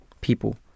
people